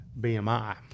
BMI